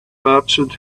merchant